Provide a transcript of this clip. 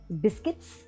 biscuits